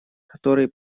который